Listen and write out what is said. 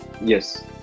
Yes